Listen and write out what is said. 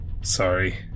Sorry